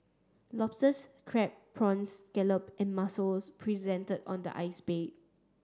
lobsters crab prawns scallop and mussels presented on the ice bed